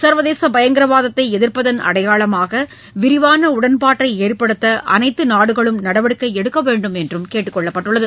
சர்வதேச பயங்கரவாதத்தை எதிர்ப்பதன் அடையாளமாக விரிவான உடன்பாட்டை ஏற்படுத்த அனைத்து நாடுகளும் நடவடிக்கை எடுக்க வேண்டும் என்று கேட்டுக் கொள்ளப்பட்டது